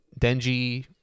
Denji